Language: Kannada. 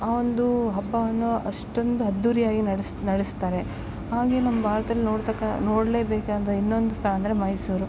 ಆ ಒಂದು ಹಬ್ಬವನ್ನು ಅಷ್ಟೊಂದು ಅದ್ದೂರಿಯಾಗಿ ನಡೆಸ್ ನಡೆಸ್ತಾರೆ ಹಾಗೆ ನಮ್ಮ ಭಾರ್ತದಲ್ಲಿ ನೋಡ್ತಕ್ಕ ನೋಡಲೇ ಬೇಕಾದ ಇನ್ನೊಂದು ಸ್ಥಳ ಅಂದರೆ ಮೈಸೂರು